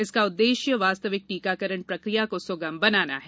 इसका उद्देश्य वास्तविक टीकाकरण प्रक्रिया को सुगम बनाना है